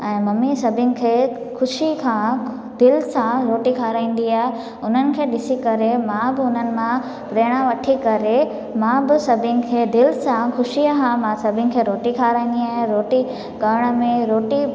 ऐं मम्मी सभिनि खे ख़ुशी खां दिलि सां रोटी खाराईंदी आहियां हुननि खे ॾिसी करे मां बि उन्हनि मां प्रेरणा वठी करे मां बि सभिनि खे दिलि सां ख़ुशीअ खां मां सभिनी खे रोटी खाराईंदी आहियां रोटी करण में रोटी